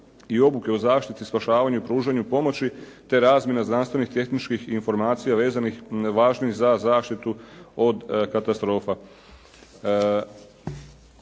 i obuke o zaštiti spašavanja i pružanju pomoći te razmjena znanstvenih, tehničkih informacija vezanih i važnih za zaštitu od katastrofa.